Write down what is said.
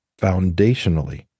Foundationally